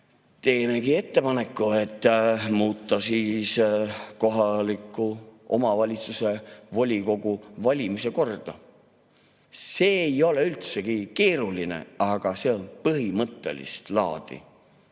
teemegi ettepaneku muuta kohaliku omavalitsuse volikogu valimise korda. See ei ole üldsegi keeruline, aga see on põhimõttelist laadi.